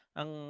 ang